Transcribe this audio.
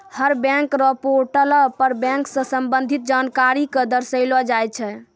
हर bank र portal पर bank स संबंधित जानकारी क दर्शैलो जाय छै